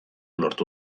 lortu